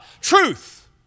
truth